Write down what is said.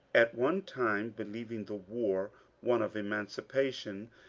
at one time, believing the war one of emancipation,